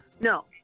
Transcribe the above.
No